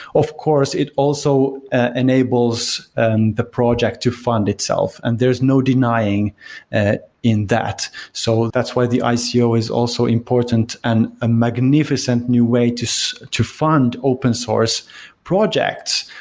of course, it also enables and the project to fund itself, and there's no denying that in that. so that's why the so ico is also important and a magnificent new way to so to fund open source projects,